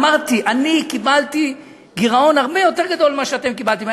אמרתי: קיבלתי גירעון הרבה יותר גדול ממה שאתם קיבלתם.